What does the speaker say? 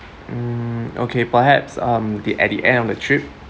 mm okay perhaps um the at the end of the trip